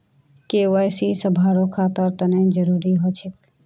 KYC सभारो खातार तने जरुरी ह छेक